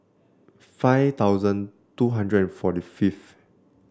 five thousand two hundred and forty fifth